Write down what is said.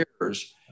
years